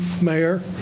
Mayor